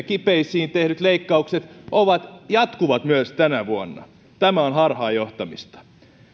kipeisiin tehdyt leikkaukset jatkuvat myös tänä vuonna tämä on harhaanjohtamista